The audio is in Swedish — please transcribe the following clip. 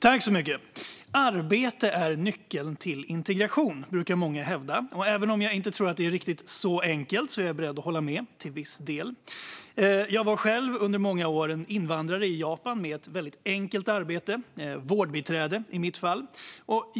Fru talman! Arbete är nyckeln till integration, brukar många hävda. Även om jag inte tror att det är riktigt så enkelt är jag beredd att hålla med, till viss del. Jag var själv under många år en invandrare i Japan med ett väldigt enkelt arbete, i mitt fall vårdbiträde.